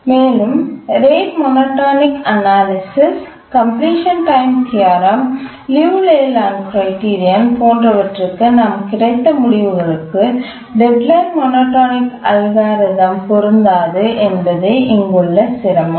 மேலும் rate monotonic analysis completion time theorem Liu Layland criterion போன்றவற்றிற்கு நமக்குக் கிடைத்த முடிவுகளுக்கு டெட்லைன் மோனோடோனிக் அல்காரிதம் பொருந்தாது என்பதே இங்குள்ள சிரமம்